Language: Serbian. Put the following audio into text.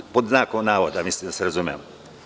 To je pod znakom navoda, mislim da se razumemo.